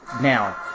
Now